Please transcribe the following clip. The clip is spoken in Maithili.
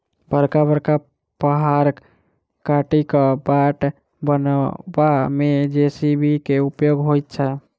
बड़का बड़का पहाड़ काटि क बाट बनयबा मे जे.सी.बी के उपयोग होइत छै